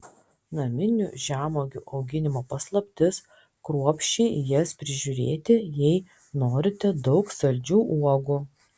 naminių žemuogių auginimo paslaptis kruopščiai jas prižiūrėti jei norite daug saldžių uogų